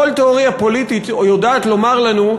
כל תיאוריה פוליטית יודעת לומר לנו,